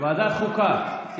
ועדת החוקה.